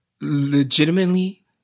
legitimately